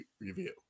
review